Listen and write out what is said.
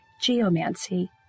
geomancy